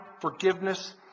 forgiveness